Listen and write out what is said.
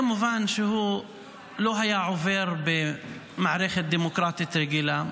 כמובן שהוא לא היה עובר במערכת דמוקרטית רגילה.